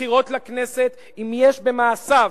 בבחירות לכנסת אם יש במעשיו